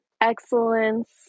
excellence